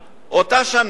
באותה שנה,